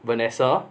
vanessa